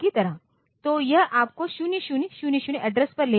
तो यह आपको 0000 एड्रेस पर ले जाएगा